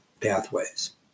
pathways